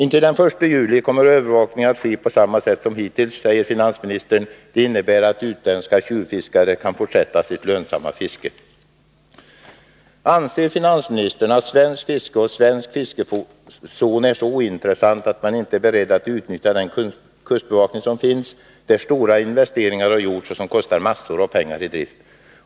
Intill den 1 juli kommer övervakningen att ske på samma sätt som hittills, säger finansministern. Det innebär att utländska tjuvfiskare kan fortsätta sitt lönsamma fiske. Anser finansministern att svenskt fiske och svensk fiskezon är så ointressanta att man inte är beredd att utnyttja den kustbevakning som finns, där stora investeringar har gjorts och som kostar massor av pengar i drift?